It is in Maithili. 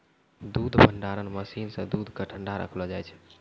दूध भंडारण मसीन सें दूध क ठंडा रखलो जाय छै